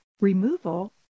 Removal